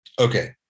Okay